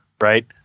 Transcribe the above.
Right